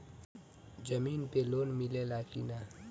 जमीन पे लोन मिले ला की ना?